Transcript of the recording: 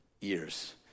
years